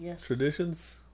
traditions